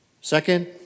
Second